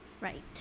Right